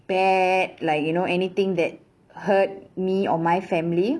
bad like you know anything that hurt me or my family